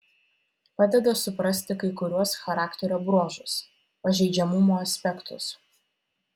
padeda suprasti kai kuriuos charakterio bruožus pažeidžiamumo aspektus